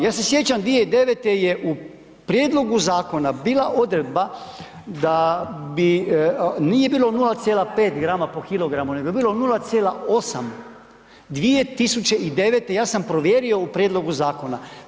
Ja se sjećam 2009. je u prijedlogu zakona bila odredba da bi, nije bilo 0,5 grama po kilogramu, nego je bilo 0,8, 2009., ja sam provjerio u prijedlogu zakona.